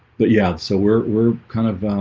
but yeah, so we're kind of